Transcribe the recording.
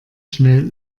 schnell